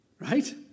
Right